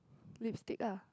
lipstick ah